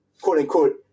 quote-unquote